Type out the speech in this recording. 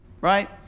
right